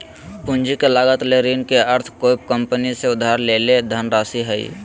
पूंजी के लागत ले ऋण के अर्थ कोय कंपनी से उधार लेल धनराशि हइ